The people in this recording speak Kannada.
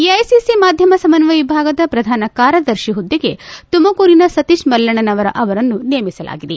ಏಐಖಿಸಿ ಮಾಧ್ಯಮ ಸಮಸ್ವಯ ವಿಭಾಗದ ಪ್ರಧಾನ ಕಾರ್ಯದರ್ತಿ ಹುದ್ದೆಗೆ ತುಮಕೂರಿನ ಸತೀತ್ ಮಲ್ಲಣ್ಣನವರ್ ಅವರನ್ನು ನೇಮಿಸಲಾಗಿದೆ